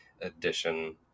edition